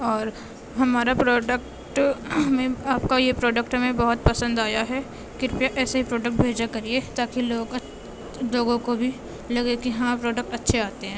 اور ہمارا پروڈکٹ ہمیں آپ کا یہ پروڈکٹ ہمیں پسند آیا ہے کرپیا ایسے ہی پروڈکٹ بھیجا کریے تاکہ لوگوں کو بھی لگے کہ ہاں پروڈکٹ اچھے آتے ہیں